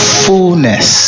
fullness